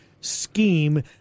scheme